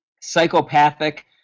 psychopathic